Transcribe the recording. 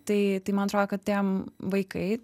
tai tai man atrodo kad tie vaikai